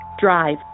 drive